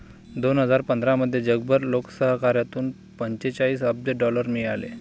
दोन हजार पंधरामध्ये जगभर लोकसहकार्यातून पंचेचाळीस अब्ज डॉलर मिळाले